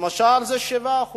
למשל, זה 7%,